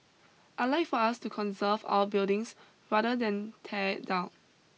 I'd like for us to conserve our buildings rather than tear it down